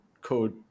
code